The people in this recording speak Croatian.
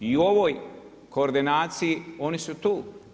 I u ovoj koordinaciji oni su tu.